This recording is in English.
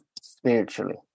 spiritually